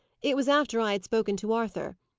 it was after i had spoken to arthur.